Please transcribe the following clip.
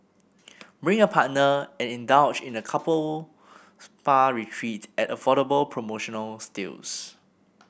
bring a partner and indulge in a couple spa retreat at affordable promotional steals